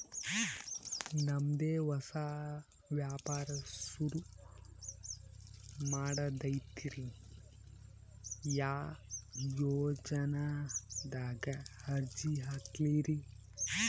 ನಮ್ ದೆ ಹೊಸಾ ವ್ಯಾಪಾರ ಸುರು ಮಾಡದೈತ್ರಿ, ಯಾ ಯೊಜನಾದಾಗ ಅರ್ಜಿ ಹಾಕ್ಲಿ ರಿ?